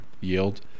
yield